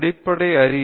அடிப்படைகளின் அறிவு